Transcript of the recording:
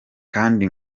kandi